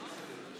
לרשותך,